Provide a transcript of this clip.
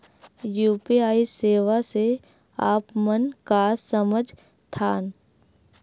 UPI सेवा से आप मन का समझ थान?